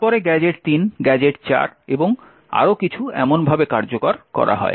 তারপরে gadget 3 gadget 4 এবং আরও কিছু এমনভাবে কার্যকর হয়